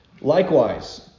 Likewise